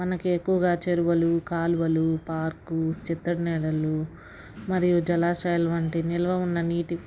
మనకి ఎక్కువగా చేరువలు కాలువలు పార్కు చిత్తడి నేలలు మరియు జలాశయాలు వంటి నిల్వ ఉన్న నీటి